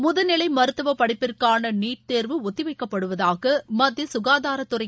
முதுநிலை மருத்துவப்படிப்பிற்கான நீட் தேர்வு ஒத்திவைக்கப்படுவதாக மத்திய சுகாதாரத்துறை